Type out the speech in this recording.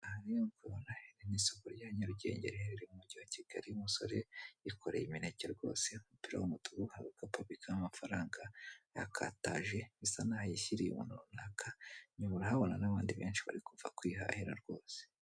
Aha rero urikubona iri ni isoko rya Nyarugenge riherereye mu mujyi wa Kigali, umusore yikoreye imineke rwose, umupira w'umutuku ugakapu abikamo amafaranga yakataje bisa naho ayishyiriye umuntu runaka, inyuma urahabona n'abandi benshi barikuva kwihahira rwose.